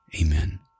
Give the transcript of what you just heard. Amen